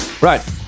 Right